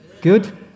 Good